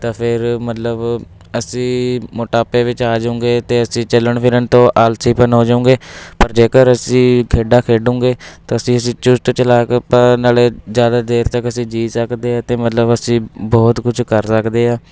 ਤਾਂ ਫਿਰ ਮਤਲਬ ਅਸੀਂ ਮੋਟਾਪੇ ਵਿੱਚ ਆ ਜਾਉਂਗੇ ਅਤੇ ਅਸੀਂ ਚੱਲਣ ਫਿਰਨ ਤੋਂ ਆਲਸੀ ਪਣ ਹੋ ਜੂੰਗੇ ਪਰ ਜੇਕਰ ਅਸੀਂ ਖੇਡਾਂ ਖੇਡਾਂਗੇ ਤਾਂ ਅਸੀਂ ਚੁਸਤ ਚਲਾਕ ਆਪਾਂ ਨਾਲੇ ਜ਼ਿਆਦਾ ਦੇਰ ਤੱਕ ਅਸੀਂ ਜੀ ਸਕਦੇ ਹਾਂ ਅਤੇ ਮਤਲਬ ਅਸੀਂ ਬਹੁਤ ਕੁਛ ਕਰ ਸਕਦੇ ਹਾਂ